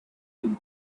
you